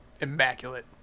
immaculate